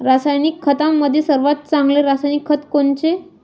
रासायनिक खतामंदी सर्वात चांगले रासायनिक खत कोनचे?